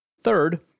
Third